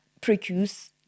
produce